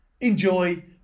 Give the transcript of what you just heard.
enjoy